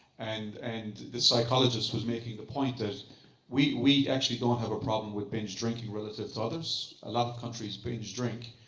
and and this psychologist was making the point that we we actually don't have a problem with binge drinking relative others. a lot of countries binge drink,